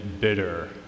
bitter